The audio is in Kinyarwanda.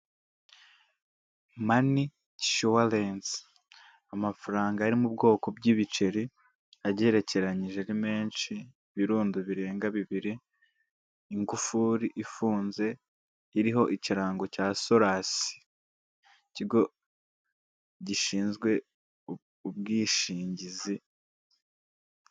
Mani inshuwarense amafaranga ari mu bwoko bw'ibiceri, agerekeranyije ari menshi, ibirundo birenga bibiri, ingufuri ifunze iriho ikirango cya Solas ikigo gishinzwe ubwishingizi.